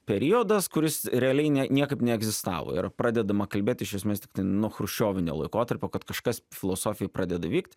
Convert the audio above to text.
periodas kuris realiai ne niekaip neegzistavo yra pradedama kalbėt iš esmės tiktai nuo chruščiovinio laikotarpio kad kažkas filosofijoj pradeda vykt